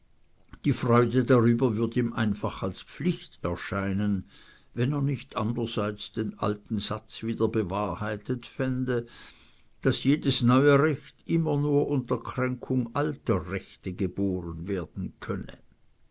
die freude darüber würd ihm einfach als pflicht erscheinen wenn er nicht andererseits den alten satz wieder bewahrheitet fände daß jedes neue recht immer nur unter kränkung alter rechte geboren werden könne